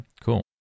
cool